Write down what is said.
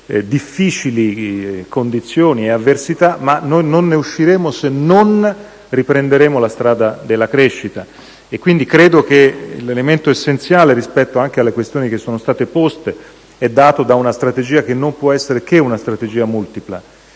Quindi, credo che l'elemento essenziale, rispetto anche alle questioni che sono state poste, è dato da una strategia che non può che essere multipla,